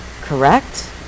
correct